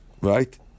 right